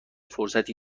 فرصتی